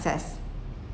success